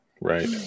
Right